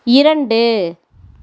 இரண்டு